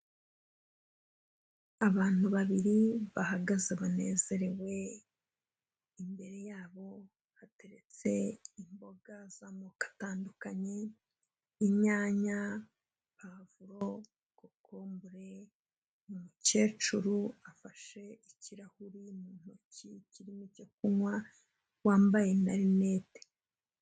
Abantu babiri bahagaze banezerewe, imbere yabo hateretse imboga z'amoko atandukanye, inyanya, puwavuro, kokombure, umukecuru afashe ikirahuri mu ntoki kirimo icyo kunywa, wambaye na rinete.